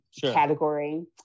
category